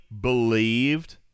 believed